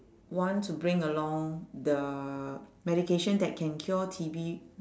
want to bring along the medication that can cure T_B